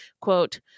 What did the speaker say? quote